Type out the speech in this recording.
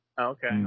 Okay